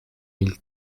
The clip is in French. mille